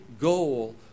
goal